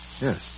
Yes